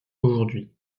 aujourd’hui